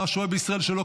(הגנה על בני זוג של משרתים במילואים),